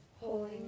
Holy